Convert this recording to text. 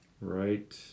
Right